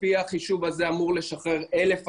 לפי החישוב הזה אמור לשחרר 1,000 אסירים,